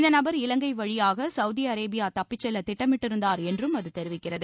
இந்த நபர் இலங்கை வழியாக சவுதி அரேபியா தப்பிச் செல்ல திட்டமிட்டிருந்தார் என்றும் அது தெரிவிக்கிறது